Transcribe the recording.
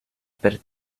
per